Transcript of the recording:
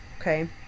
Okay